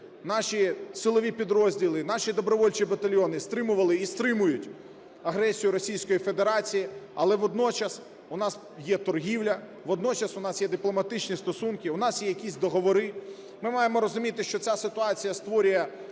наші силові підрозділи, наші добровольчі батальйони стримували і стримують агресію Російської Федерації, але водночас у нас є торгівля, водночас у нас є дипломатичні стосунки, у нас є якісь договори. Ми маємо розуміти, що ця ситуація створює